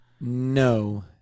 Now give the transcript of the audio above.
No